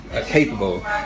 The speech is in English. capable